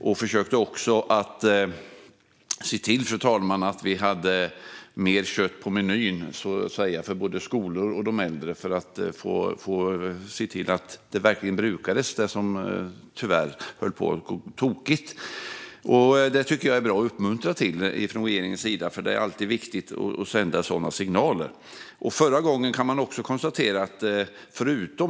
Vi försökte också att se till, fru talman, att vi hade mer kött på menyn för skolor och äldre för att se till att det som det tyvärr höll på att gå tokigt med verkligen brukades. Jag tycker att det är bra att uppmuntra till detta från regeringens sida. Det är alltid viktigt att sända sådana signaler.